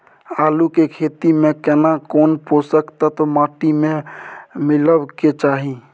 आलू के खेती में केना कोन पोषक तत्व माटी में मिलब के चाही?